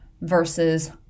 versus